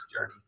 journey